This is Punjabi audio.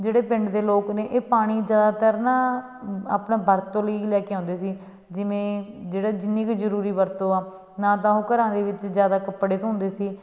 ਜਿਹੜੇ ਪਿੰਡ ਦੇ ਲੋਕ ਨੇ ਇਹ ਪਾਣੀ ਜ਼ਿਆਦਾਤਰ ਨਾ ਆਪਣਾ ਵਰਤੋਂ ਲਈ ਹੀ ਲੈ ਕੇ ਆਉਂਦੇ ਸੀ ਜਿਵੇਂ ਜਿਹੜਾ ਜਿੰਨੀ ਕੁ ਜ਼ਰੂਰੀ ਵਰਤੋਂ ਆ ਨਾ ਤਾਂ ਉਹ ਘਰਾਂ ਦੇ ਵਿੱਚ ਜ਼ਿਆਦਾ ਕੱਪੜੇ ਧੋਂਦੇ ਸੀ